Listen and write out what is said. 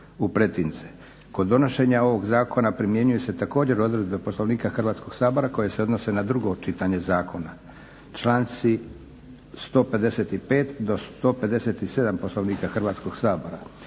Kod donošenja ovog zakona primjenjuju se odredbe Poslovnika Hrvatskog sabora koje se odnose na drugo čitanje zakona, članci 155. do 157. Poslovnika Hrvatskog sabora.